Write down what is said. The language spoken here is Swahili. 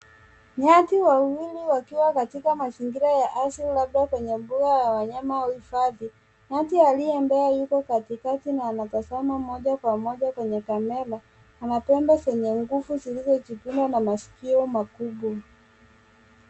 Nyati wawili wakiwa katika mazingira ya asili labda kwenye mbuga la wanyama au hifadhi. Nyati aliye mbele yuko katikati na anatazama moja kwa moja kwenye kamera. Ana pembe zenye nguvu zilizojipinda na masikio makubwa.